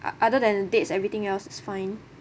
other than dates everything else is fine